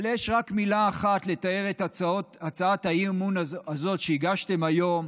אבל יש רק מילה אחת לתאר את הצעת האי-אמון הזו שהגשתם היום,